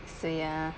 so ya